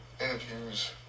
interviews